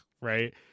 right